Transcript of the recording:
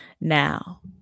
Now